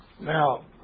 Now